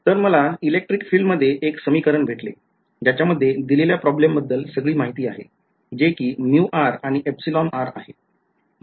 तर मला electric field मध्ये एक समीकरण भेटले ज्याच्या मध्ये दिलेल्या प्रॉब्लेम बद्दल सगळी माहिती आहे जे कि आणि आहे